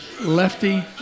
Lefty